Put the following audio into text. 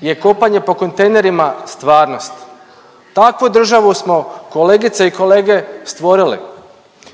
je kopanje po kontejnerima stvarnost. Takvu državu smo kolegice i kolege stvorili.